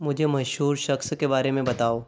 मुझे मशहूर शख्स के बारे में बताओ